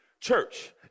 Church